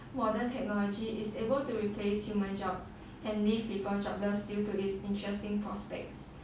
modern technology is able to replace human jobs and made people jobless due to this interesting prospects